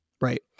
right